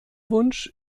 wunsch